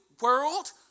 world